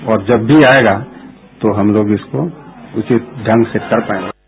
और जब भी आयेगा तो हम लोग इसको उचित ढंग से कर पायेंगे